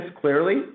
clearly